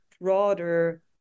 broader